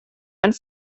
and